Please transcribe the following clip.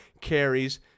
carries